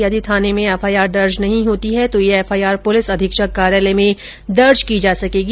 यदि थाने में एफआईआर दर्ज नहीं होती है तो ये एफआईआर पुलिस अधीक्षक कार्यालय में दर्ज की जा सकेगी